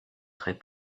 très